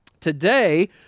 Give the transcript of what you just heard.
Today